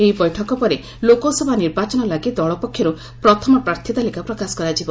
ଏହି ବୈଠକ ପରେ ଲୋକସଭା ନିର୍ବାଚନ ଲାଗି ଦଳ ପକ୍ଷରୁ ପ୍ରଥମ ପ୍ରାର୍ଥୀ ତାଲିକା ପ୍ରକାଶ କରାଯିବ